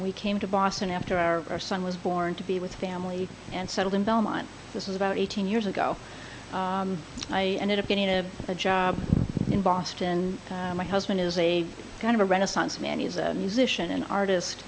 we came to boston after our son was born to be with family and settled in belmont this is about eighteen years ago i ended up getting a job in boston my husband is a kind of a renaissance man he's a musician an artist